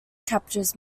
captured